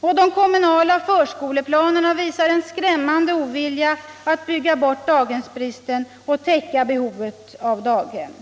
och de kommunala förskoleplanerna visar en skrämmande ovilja att bygga bort daghemsbristen och täcka behovet av daghem.